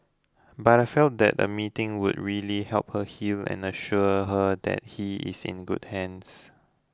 but I felt that a meeting would really help her heal and assure her that he is in good hands